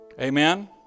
Amen